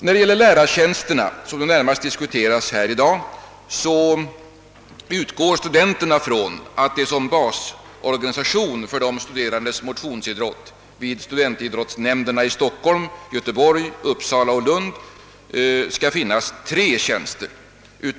När det gäller idrottslärartjänsterna, som närmast diskuteras här i dag, utgår studenterna från att det som basorganisation för de studerandes motionsidrott vid studentidrottsnämnderna i Stockholm, Göteborg, Uppsala och Lund skall finnas tre tjänster.